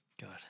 God